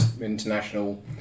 international